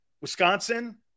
Wisconsin